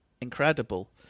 incredible